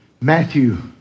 Matthew